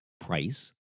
price